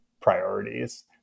priorities